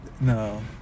No